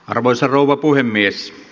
arvoisa rouva puhemies